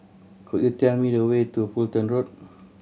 could you tell me the way to Fulton Road